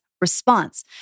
response